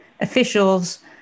officials